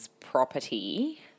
property